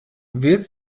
wird